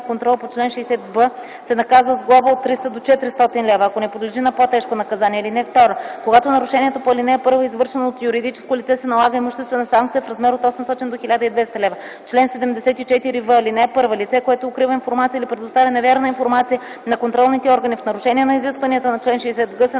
контрол по чл. 60б, се наказва с глоба от 300 до 400 лв., ако не подлежи на по-тежко наказание. (2) Когато нарушението по ал. 1 е извършено от юридическо лице, се налага имуществена санкция в размер от 800 до 1200 лв. Чл. 74в. (1) Лице, което укрива информация или предоставя невярна информация на контролните органи в нарушение на изискванията на чл. 60г, се